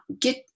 get